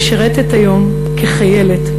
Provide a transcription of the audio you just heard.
משרתת היום כחיילת,